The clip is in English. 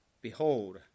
Behold